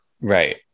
Right